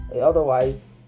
Otherwise